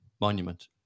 monument